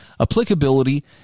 applicability